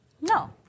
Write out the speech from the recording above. No